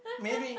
maybe